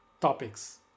topics